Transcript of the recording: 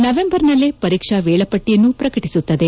ನವೆಂಬರ್ನಲ್ಲೇ ಪರೀಕ್ಷಾ ವೇಳಾಪಟ್ಟಿಯನ್ನು ಪ್ರಕಟಿಸುತ್ತದೆ